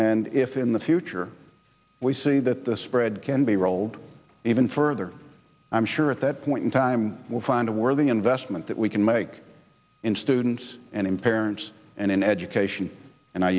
and if in the future we see that the spread can be rolled even further i'm sure at that point in time we'll find a worthy investment that we can make in students and in parents and in education and i